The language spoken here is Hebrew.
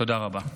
תודה רבה.